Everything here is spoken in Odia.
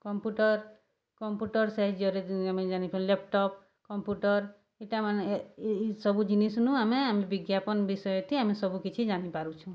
କମ୍ପ୍ୟୁଟର୍ କମ୍ପ୍ୟୁଟର ସାହାଯ୍ୟରେ ଆମେ ଜାଣିପାରୁ ଲ୍ୟାପଟପ୍ କମ୍ପ୍ୟୁଟର ଇ'ଟାମାନେ ଇ ସବୁ ଜିନିଷ୍ନୁ ଆମେ ବିଜ୍ଞାପନ୍ ବିଷୟଥି ଆମେ ସବୁ କିଛି ଜାଣିପାରୁଛୁଁ